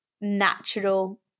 natural